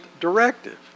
directive